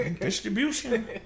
distribution